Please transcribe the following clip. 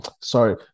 sorry